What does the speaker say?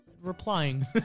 replying